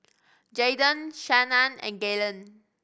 Jaydon Shannan and Galen